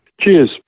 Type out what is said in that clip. Cheers